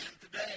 today